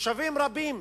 תושבים רבים